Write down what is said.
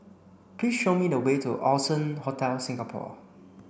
please show me the way to Allson Hotel Singapore